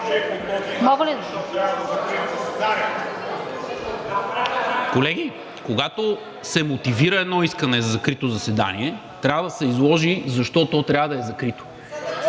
Колеги, когато се мотивира едно искане за закрито заседание, трябва да се изложи защо то трябва да е закрито.